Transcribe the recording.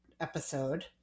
episode